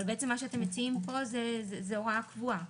אבל בעצם מה שאתם מציעים פה זה הוראה קבועה,